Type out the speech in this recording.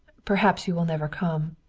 perhaps you will never come.